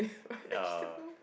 ya